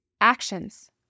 Actions